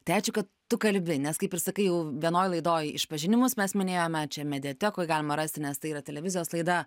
tai ačiū kad tu kalbi nes kaip ir sakai jau vienoj laidoj išpažinimas mes minėjome čia mediatekoj galima rasti nes tai yra televizijos laida